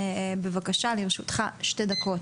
בבקשה, לרשותך שתי דקות.